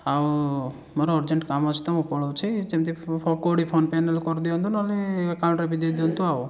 ଆଉ ମୋର ଅର୍ଜେଣ୍ଟ କାମ ଅଛି ତ ମୁଁ ପଳାଉଛି ଯେମିତି କେଉଁଠି ଫୋନ୍ପେ' ନ ହେଲେ କରିଦିଅନ୍ତୁ ନହେଲେ ଆକାଉଣ୍ଟରେ ବି ଦେଇଦିଅନ୍ତୁ ଆଉ